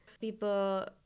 People